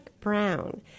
Brown